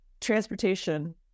transportation